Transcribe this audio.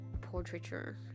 portraiture